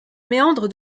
méandre